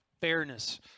fairness